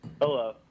Hello